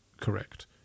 correct